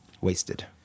wasted